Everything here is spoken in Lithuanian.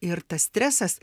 ir tas stresas